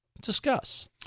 Discuss